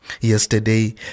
Yesterday